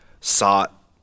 sought